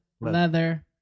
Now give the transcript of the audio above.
leather